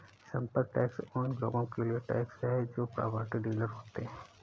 संपत्ति टैक्स उन लोगों के लिए टैक्स है जो प्रॉपर्टी डीलर होते हैं